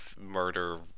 murder